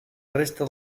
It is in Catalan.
resta